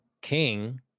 king